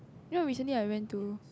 you know recently I went to